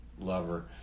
lover